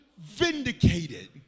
vindicated